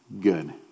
Good